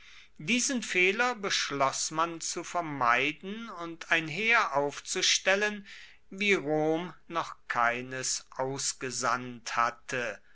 diesen fehler beschloss man zu vermeiden und ein heer aufzustellen wie rom noch keines ausgesandt hatte